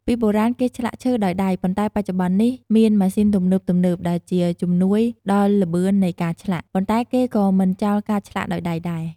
ពីបុរាណគេឆ្លាក់ឈើដោយដៃ ប៉ុន្តែបច្ចុប្បន្ននេះមានម៉ាសុីនទំនើបៗដែលជាជំនួយដល់ល្បឿននៃការឆ្លាក់ ប៉ុន្តែគេក៏មិនចោលការឆ្លាក់ដោយដៃដែរ។